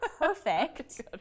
perfect